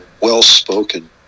well-spoken